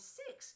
six